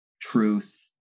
truth